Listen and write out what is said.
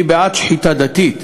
אני בעד שחיטה דתית,